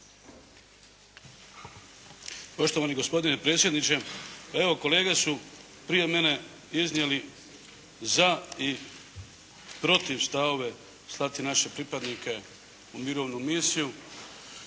Poštovani gospodine predsjedniče. Evo kolege su prije mene iznijeli za i protiv stavove slati naše pripadnike u mirovnu misiju.